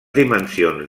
dimensions